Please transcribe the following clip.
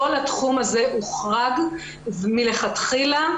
הוחרג מלכתחילה,